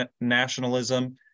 nationalism